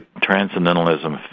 transcendentalism